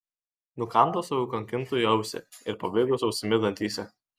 nukandau savo kankintojui ausį ir pabėgau su ausimi dantyse